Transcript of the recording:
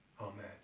Amen